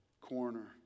corner